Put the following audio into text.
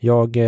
Jag